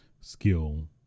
skill